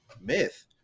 Myth